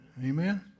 Amen